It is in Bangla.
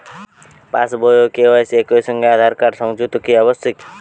পাশ বই ও কে.ওয়াই.সি একই সঙ্গে আঁধার কার্ড সংযুক্ত কি আবশিক?